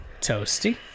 Toasty